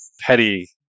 petty